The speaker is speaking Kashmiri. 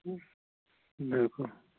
بِلکُل